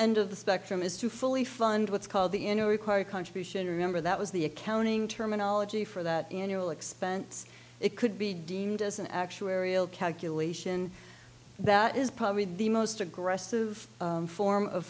end of the spectrum is to fully fund what's called the in a required contribution remember that was the accounting terminology for that annual expense it could be deemed as an actuarial calculation that is probably the most aggressive form of